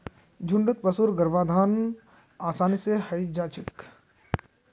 झुण्डत पशुर गर्भाधान आसानी स हई जा छेक